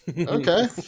okay